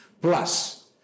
Plus